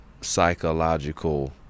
psychological